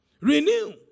Renew